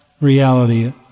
reality